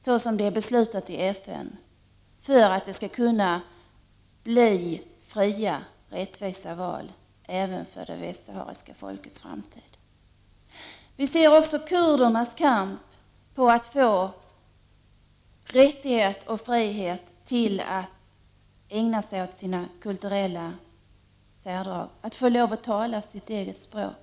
Man kämpar för att i enlighet med FN-beslut få till stånd fria, rättvisa val även för det västsahariska folket i framtiden. Vi ser också hur kurderna kämpar för sina friheter och för sin rättighet att behålla sina kulturella särdrag, att få lov att tala sitt eget språk.